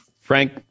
Frank